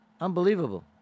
Unbelievable